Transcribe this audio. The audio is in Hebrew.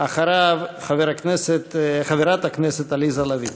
אחריו, חברת הכנסת עליזה לביא.